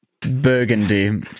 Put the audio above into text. Burgundy